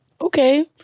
Okay